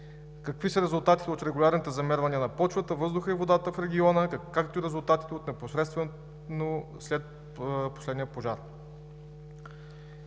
Какви са резултатите от регулярните замервания на почвата, въздуха и водата в региона, както и резултатите непосредствено след последния пожар?